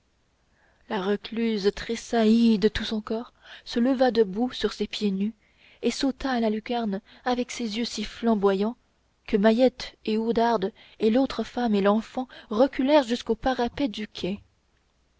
la recluse tressaillit de tout son corps se leva debout sur ses pieds nus et sauta à la lucarne avec des yeux si flamboyants que mahiette et oudarde et l'autre femme et l'enfant reculèrent jusqu'au parapet